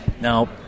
now